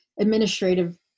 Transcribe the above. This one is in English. administrative